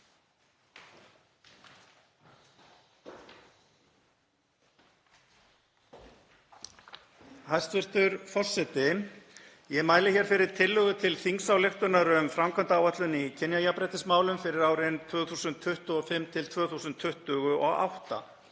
Hæstv. forseti. Ég mæli hér fyrir tillögu til þingsályktunar um framkvæmdaáætlun í kynjajafnréttismálum fyrir árin 2025–2028.